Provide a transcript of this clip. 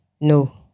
no